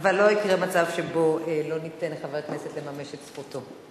אבל לא יקרה מצב שלא ניתן לחבר הכנסת לממש את זכותו.